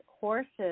horses